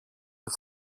που